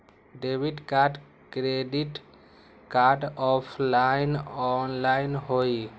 Debit card credit card offline online होई?